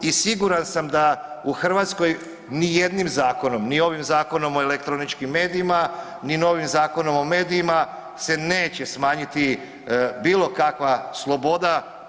I siguran sam da u Hrvatskoj ni jednim zakonom, ni ovim Zakonom o elektroničkim medijima, ni novim Zakonom o medijima se neće smanjiti bilo kakva sloboda.